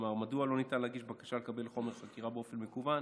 כלומר מדוע לא ניתן להגיש בקשה לקבל חומר חקירה באופן מקוון,